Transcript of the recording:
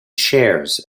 shares